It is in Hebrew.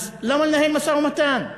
אז למה לנהל משא-ומתן?